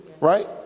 Right